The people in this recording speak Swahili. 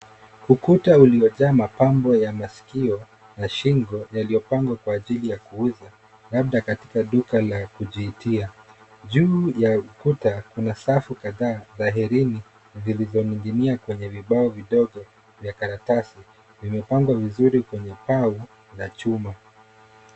Ukuta uliojaa mapambo ya masikio na shingo yaliyopangwa kwa ajili ya kuuza labda katika duka la kujitia. Juu ya kuta kuna safu kadhaa za herini zilizoning'inia kwenye vibao vidogo vya karatasi vimepangwa vizuri kwenye pau la chuma.